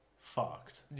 Fucked